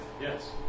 Yes